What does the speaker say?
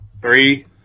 three